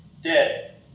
dead